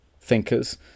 thinkers